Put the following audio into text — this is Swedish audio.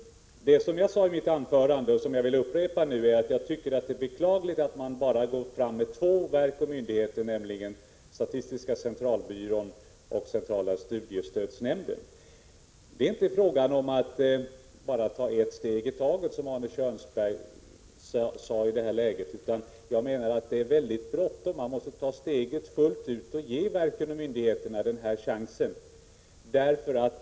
Vad jag sade i mitt anförande och nu vill upprepa är att det är beklagligt att man för närvarande ger en sådan frihet enbart till två myndigheter, nämligen statistiska centralbyrån och centrala studiestödsnämnden. Det är i detta läge inte bara fråga om att ta ett steg i taget, som Arne Kjörnsberg sade. Jag menar att det är bråttom. Man måste ta steget fullt ut och verkligen ge myndigheterna och verken en frihet i detta avseende.